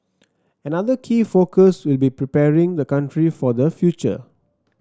another key focus will be preparing the country for the future